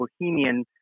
bohemian